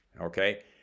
Okay